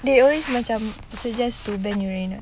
they always macam suggest to ban uranus